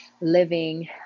living